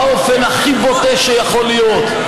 באופן הכי בוטה שיכול להיות.